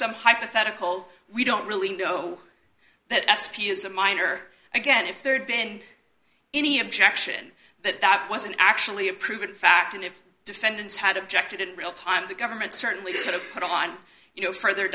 some hypothetical we don't really know that s p is a minor again if there had been any objection that that wasn't actually a proven fact and if defendants had objected in real time the government certainly could have put on you know further